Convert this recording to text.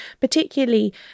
particularly